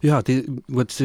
jo tai vat